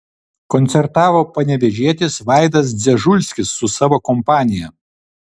koncertavo panevėžietis vaidas dzežulskis su savo kompanija